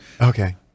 Okay